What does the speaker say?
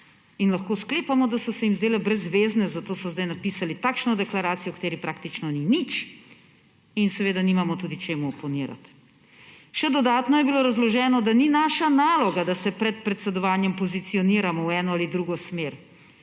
in lahko sklepamo, da so se jim zdele brez zvezne, zato so zdaj napisali takšno deklaracijo, v kateri praktično ni nič, in seveda tudi nimamo čemu oponirati. Še dodatno je bilo razloženo, da ni naša naloga, da se pred predsedovanjem pozicioniramo v eno ali drugo smer,